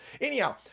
Anyhow